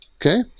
Okay